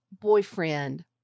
boyfriend